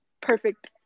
perfect